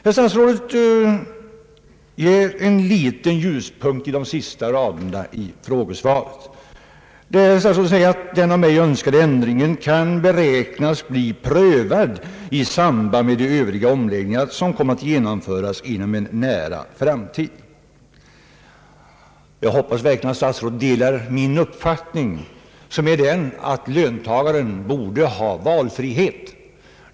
Herr statsrådet ger en liten ljuspunkt i de sista raderna i frågesvaret, där han säger att den av mig önskade ändringen kan beräknas bli prövad i samband med de övriga omläggningar som kommer att genomföras inom en nära framtid. Jag hoppas verkligen att statsrådet delar min uppfattning att löntagarna bör ha valfrihet.